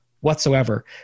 whatsoever